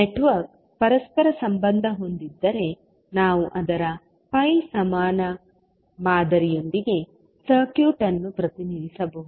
network ಪರಸ್ಪರ ಸಂಬಂಧ ಹೊಂದಿದ್ದರೆ ನಾವು ಅದರ pi ಸಮಾನ ಮಾದರಿಯೊಂದಿಗೆ ಸಸರ್ಕ್ಯೂಟ್ ಅನ್ನು ಪ್ರತಿನಿಧಿಸಬಹುದು